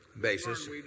basis